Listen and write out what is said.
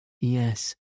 Yes